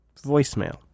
voicemail